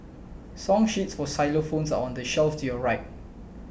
song sheets for xylophones are on the shelf to your right